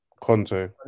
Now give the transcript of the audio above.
Conte